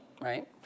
right